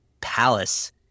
palace